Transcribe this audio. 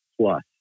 plus